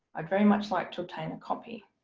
i'd very much like to obtain and copy.